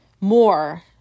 more